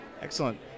Excellent